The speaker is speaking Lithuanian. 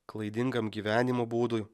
klaidingam gyvenimo būdui